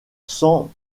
cent